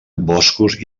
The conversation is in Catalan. boscos